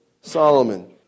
Solomon